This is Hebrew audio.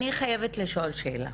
אני חייבת לשאול שאלה.